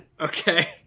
okay